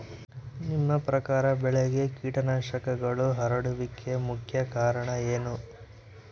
ನಿಮ್ಮ ಪ್ರಕಾರ ಬೆಳೆಗೆ ಕೇಟನಾಶಕಗಳು ಹರಡುವಿಕೆಗೆ ಮುಖ್ಯ ಕಾರಣ ಏನು?